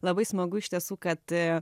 labai smagu iš tiesų kad